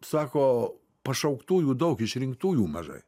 sako pašauktųjų daug išrinktųjų mažai